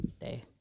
day